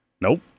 Nope